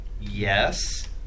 Yes